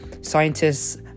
scientists